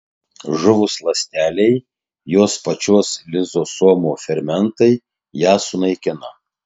žuvus ląstelei jos pačios lizosomų fermentai ją sunaikina